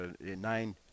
nine